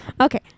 Okay